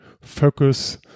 focus